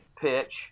pitch